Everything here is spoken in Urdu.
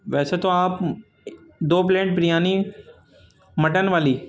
ویسے تو آپ دو پلیٹ بریانی مٹن والی